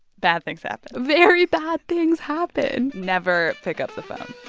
bad things happen very bad things happen never pick up the phone